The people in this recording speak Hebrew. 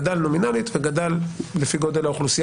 גדל נומינלית וגדל לפי גודל האוכלוסייה